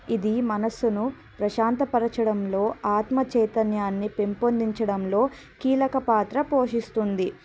ఇది మనసును ప్రశాంతపరచడంలో ఆత్మచైతన్యాన్ని పెంపొందించడంలో కీలక పాత్ర పోషిస్తుంది